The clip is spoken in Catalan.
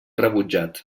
rebutjat